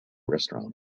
restaurant